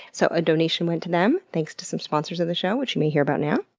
so a donation went to them, thanks to some sponsors of the show which you may hear about now.